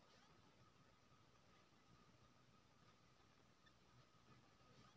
grain cart सँ ओन केँ खेत सँ गोदाम या बजार धरि पहुँचाएल जाइ छै